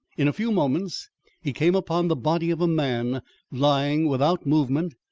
in a few moments he came upon the body of a man lying without movement,